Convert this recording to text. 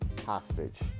hostage